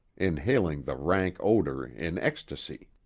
inhaling the rank odor in ecstasy.